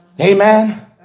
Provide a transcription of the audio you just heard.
Amen